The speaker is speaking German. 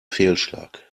fehlschlag